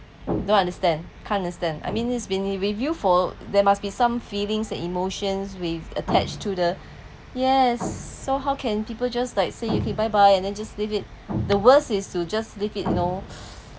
don't understand can't understand I mean it's been re~ review for there must be some feelings and emotions with attached to the yes so how can people just like say you okay bye bye and then just leave it the worst is to just leave it you know